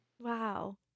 Wow